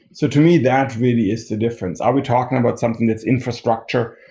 so, to me, that really is the difference. are we talking about something that is infrastructure,